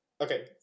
Okay